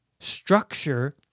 Structure